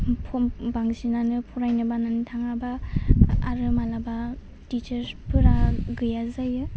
बासिनानो फरायनो बानानै थाङा बा आरो मालाबा टिचासफोरा गैया जायो